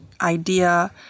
idea